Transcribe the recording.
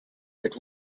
that